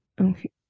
Okay